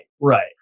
right